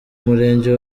murenge